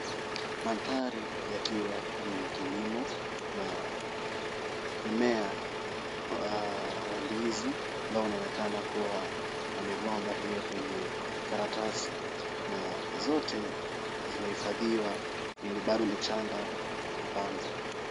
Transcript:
Mandhari yakiwa ni ya kilimo na mimea wa ndizi ambao unaonekana kuwa na migomba hiyo kwenye karatasi na zote zimehifadhiwa ili bado ni changa kupandwa.